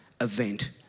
event